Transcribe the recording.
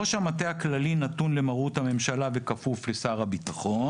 ראש המטה הכללי נתון למרות הממשלה וכפוף לשר הביטחון",